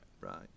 Right